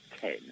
ten